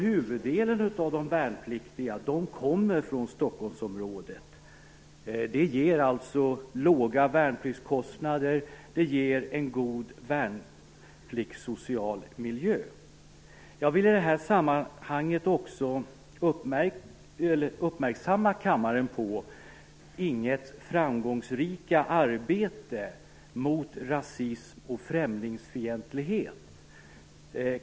Merparten av de värnpliktiga kommer ju från Stockholmsområdet. Det betyder låga värnpliktskostnader och en god värnpliktssocial miljö. Jag vill i det här sammanhanget göra kammaren uppmärksam på det framgångsrika arbetet vid Ing 1 för att motverka rasism och främlingsfientlighet.